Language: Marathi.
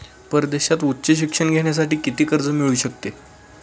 परदेशात उच्च शिक्षण घेण्यासाठी किती कर्ज मिळू शकते?